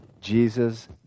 Jesus